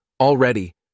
already